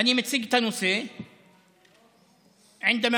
אני מציג את הנושא (אומר בערבית